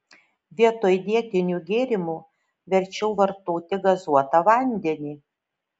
vietoj dietinių gėrimų verčiau vartoti gazuotą vandenį